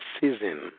season